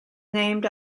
named